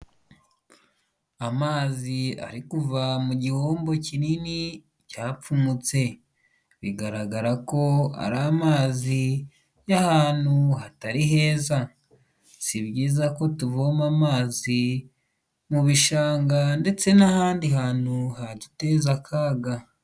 Amazi ari kuva mu gihombo kinini cyapfumutse, bigaragara ko ar’amazi y'ahantu hatari heza. Si byiza ko tuvoma amazi mu bishanga ndetse n'ahandi hantu haduteza akaga.